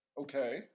Okay